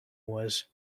was